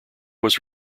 was